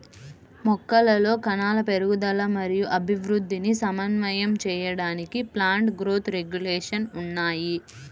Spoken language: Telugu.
మొక్కలలో కణాల పెరుగుదల మరియు అభివృద్ధిని సమన్వయం చేయడానికి ప్లాంట్ గ్రోత్ రెగ్యులేషన్స్ ఉన్నాయి